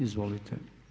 Izvolite.